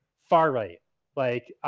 far right like,